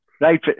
Right